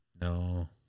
No